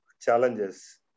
challenges